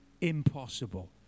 Impossible